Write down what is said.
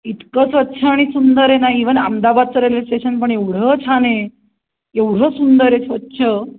इतकं स्वच्छ आणि सुंदर आहे ना इवन अहमदाबादचं रेल्वे स्टेशन पण एवढं छान आहे एवढं सुंदर आहे स्वच्छ